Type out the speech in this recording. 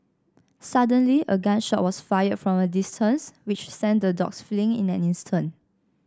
suddenly a gun shot was fired from a distance which sent the dogs fleeing in an instant